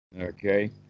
okay